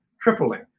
tripling